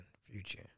Future